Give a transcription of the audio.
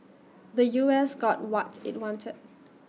the U S got what IT wanted